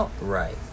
Right